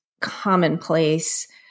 commonplace